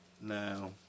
Now